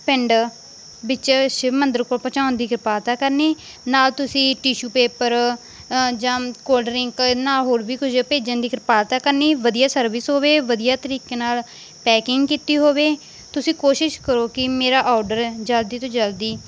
ਪਿੰਡ ਵਿੱਚ ਸ਼ਿਵ ਮੰਦਿਰ ਕੋਲ ਪਹੁੰਚਾਉਣ ਦੀ ਕਿਰਪਾਲਤਾ ਕਰਨੀ ਨਾਲ ਤੁਸੀਂ ਟਿਸ਼ੂ ਪੇਪਰ ਜਾਂ ਕੋਲਡ ਡਰਿੰਕ ਇਹ ਨਾਲ ਹੋਰ ਵੀ ਕੁਝ ਭੇਜਣ ਦੀ ਕਿਰਪਾਲਤਾ ਕਰਨੀ ਵਧੀਆ ਸਰਵਿਸ ਹੋਵੇ ਵਧੀਆ ਤਰੀਕੇ ਨਾਲ ਪੈਕਿੰਗ ਕੀਤੀ ਹੋਵੇ ਤੁਸੀਂ ਕੋਸ਼ਿਸ਼ ਕਰੋ ਕਿ ਮੇਰਾ ਆਰਡਰ ਜਲਦੀ ਤੋਂ ਜਲਦੀ